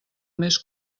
més